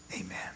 Amen